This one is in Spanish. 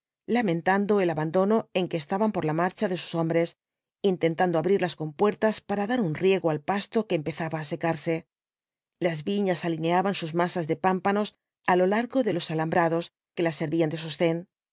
lamentando el abandono en que estaban por la marcha de sus hombres intentando abrir las compuertas para dar un riego al pasto que empezaba á secarse las viñas alineaban sus masas de pámpanos á lo largo de los alambrados que las servían de sostén